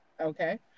Okay